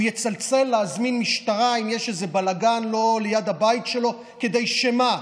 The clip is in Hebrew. הוא יצלצל להזמין משטרה אם יש איזה בלגן לא ליד הבית שלו כדי שמה,